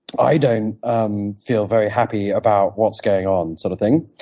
i don't um feel very happy about what's going on, sort of thing.